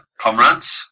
comrades